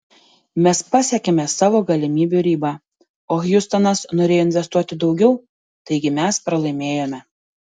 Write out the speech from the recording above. mes pasiekėme savo galimybių ribą o hjustonas norėjo investuoti daugiau taigi mes pralaimėjome